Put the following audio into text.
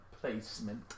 placement